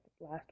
last